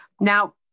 Now